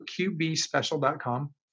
qbspecial.com